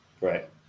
Right